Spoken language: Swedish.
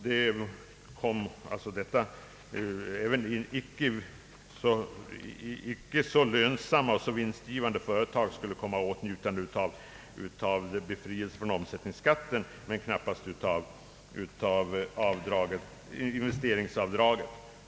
Genom vår linje skulle även företag med mindre lönsamhet, företag, som inte hade vinstutrymme för utnyttjandet av investeringsavdraget erhålla en lindring i investeringskostnaderna.